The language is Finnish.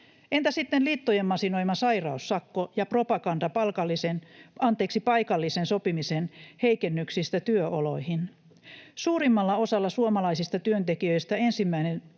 Entä sitten liittojen masinoima sairaussakko ja propaganda paikallisen sopimisen heikennyksistä työoloihin? Suurimmalla osalla suomalaisista työntekijöistä ensimmäisen